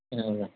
ம் ம்